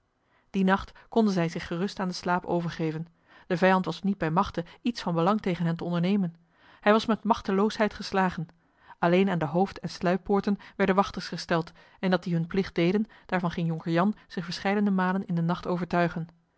dien nacht konden zij zich gerust aan den slaap overgeven de vijand was niet bij machte iets van belang tegen hen te ondernemen hij was met machteloosheid geslagen alleen aan de hoofd en sluippoorten werden wachters gesteld en dat die hun plicht deden daarvan ging jonker jan zich verscheidene malen in den nacht overtuigen